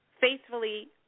faithfully